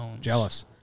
Jealous